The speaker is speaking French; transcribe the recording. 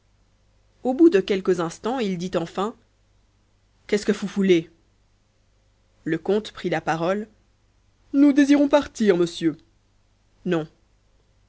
au bout de quelques instants il dit enfin qu'est-ce que fous foulez le comte prit la parole nous désirons partir monsieur non